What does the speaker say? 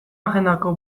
agendako